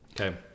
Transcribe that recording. okay